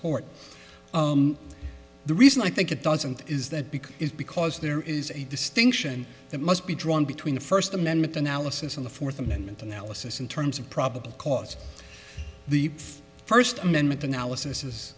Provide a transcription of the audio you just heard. court the reason i think it doesn't is that because it's because there is a distinction that must be drawn between the first amendment analysis and the fourth amendment analysis in terms of probable cause the first amendment analysis